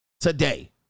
today